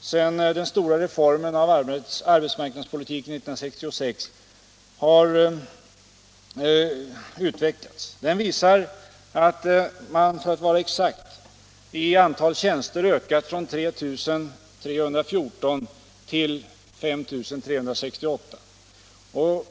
efter den stora reformen av arbetsmarknadspolitiken 1966 har utvecklats. Bilden visar att arbetsmarknadsverkets tjänster har ökat i antal från 3 314 till 5 368.